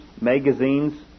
magazines